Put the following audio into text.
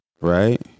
Right